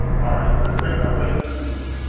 all right, let's make our way to the,